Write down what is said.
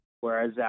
whereas